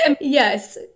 yes